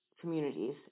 communities